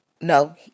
no